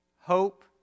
hope